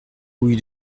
rue